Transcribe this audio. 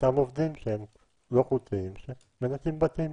אותם עובדים לא חוקיים מנקים בתים.